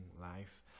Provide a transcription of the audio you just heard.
life